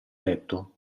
letto